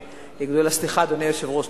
אדוני היושב-ראש,